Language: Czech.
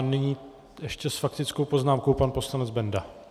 Nyní ještě s faktickou poznámkou pan poslanec Benda.